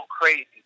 crazy